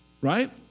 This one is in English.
right